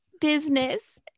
business